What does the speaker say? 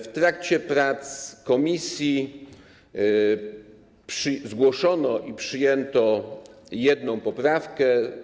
W trakcie prac komisji zgłoszono i przyjęto jedną poprawkę.